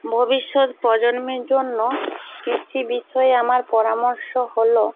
ভবিষ্যৎ প্রজন্মের জন্য কৃষি বিষয়ে আমার পরামর্শ হলো